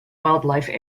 wildlife